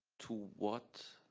to what